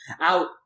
out